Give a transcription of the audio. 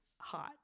hot